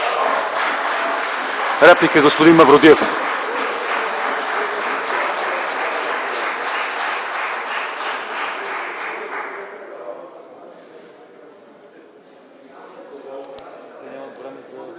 реплика – господин Мавродиев.